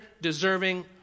deserving